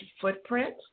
footprint